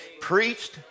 preached